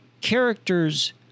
characters